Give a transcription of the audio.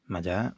मया